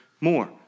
more